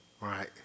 right